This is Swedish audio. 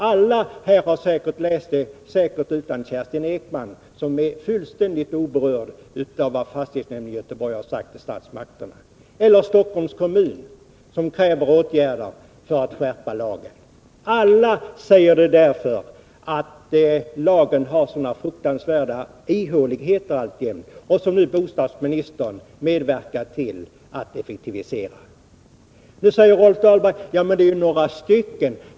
Alla här har säkert läst detta — utom Kerstin Ekman, som är fullständigt oberörd av vad fastighetsnämnden i Göteborg har sagt till statsmakterna. Eller ta Stockholms kommun, som kräver åtgärder för att skärpa lagen. Alla säger det därför att det alltjämt finns sådana fruktansvärda ihåligheter i lagen, vilken bostadsministern nu medverkar till att effektivisera. Rolf Dahlberg säger: Ja, men det är ju bara några stycken.